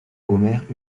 omer